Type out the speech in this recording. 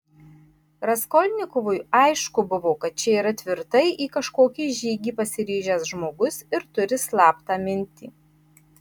raskolnikovui aišku buvo kad čia yra tvirtai į kažkokį žygį pasiryžęs žmogus ir turi slaptą mintį